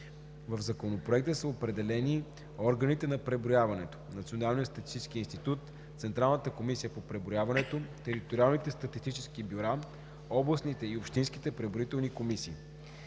В Законопроекта са определени органите на преброяването – Националният статистически институт, Централната комисия по преброяването, териториалните статистически бюра, областните и общинските преброителни комисии,